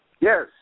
Yes